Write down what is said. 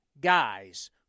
guys